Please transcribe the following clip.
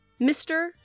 Mr